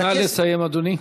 נא לסיים, אדוני.